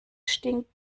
stinkt